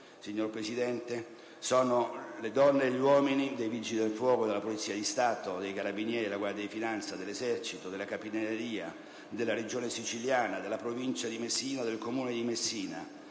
Signor Presidente, sono 2.386 le donne e gli uomini dei Vigili del fuoco, della Polizia di Stato, dei Carabinieri, della Guardia di finanza, dell'Esercito, della Capitaneria di porto, della Regione siciliana, della Provincia e del Comune di Messina,